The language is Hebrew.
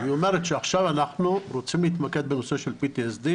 היא אומרת: עכשיו אנחנו רוצים להתמקד בנושא של PTSD,